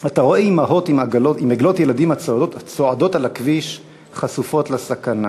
אתה רואה אימהות עם עגלות ילדים הצועדות על הכביש חשופות לסכנה.